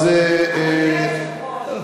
אדוני היושב-ראש,